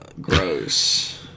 gross